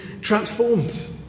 transformed